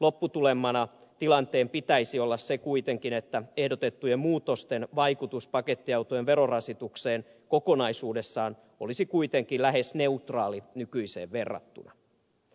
lopputulemana tilanteen pitäisi olla se kuitenkin että ehdotettujen muutosten vaikutus pakettiautojen verorasitukseen kokonaisuudessaan olisi lähes neutraali nykyiseen verrattuna